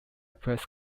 press